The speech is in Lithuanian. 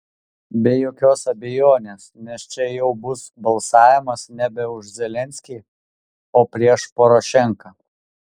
be jokios abejonės nes čia jau bus balsavimas nebe už zelenskį o prieš porošenką